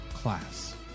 class